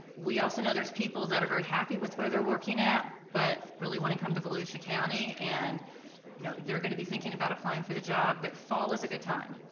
we also know there's people that are very happy with where they're working at but really want to come to volusia county and you know they're gonna be thinking about applying for the job, but fall is a good time.